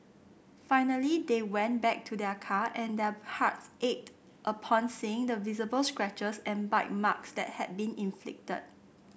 finally they went back to their car and their hearts ached upon seeing the visible scratches and bite marks that had been inflicted